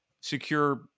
secure